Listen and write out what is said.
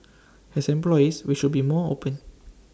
as employees we should be more open